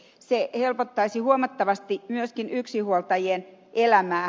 se helpottaisi huomattavasti myöskin yksinhuoltajien elämää